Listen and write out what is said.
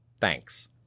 Thanks